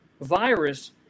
virus